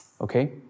okay